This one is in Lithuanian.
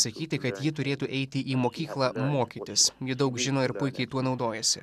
sakyti kad ji turėtų eiti į mokyklą mokytis ji daug žino ir puikiai tuo naudojasi